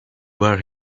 where